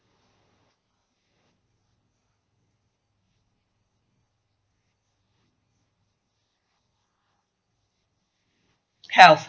health